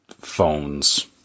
phones